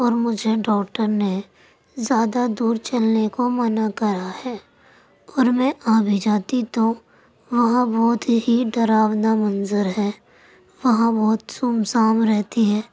اور مجھے ڈاکٹر نے زیادہ دور چلنے کو منع کرا ہے اور میں آ بھی جاتی تو وہ بہت ہی ڈراؤنا منظر ہے وہاں بہت سنسان رہتی ہے